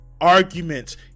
arguments